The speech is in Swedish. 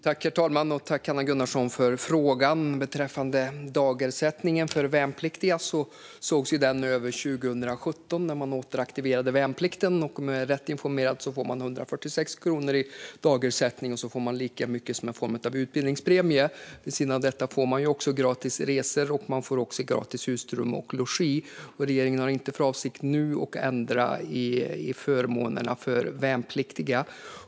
Herr talman! Tack, Hanna Gunnarsson, för frågan! Beträffande dagersättningen för värnpliktiga sågs den över 2017 när man återaktiverade värnplikten. Om jag är rätt informerad får man 146 kronor i dagersättning och lika mycket som en form av utbildningspremie. Vid sidan av detta får man också gratis resor och gratis husrum och logi. Regeringen har inte för avsikt nu att ändra i förmånerna för värnpliktiga.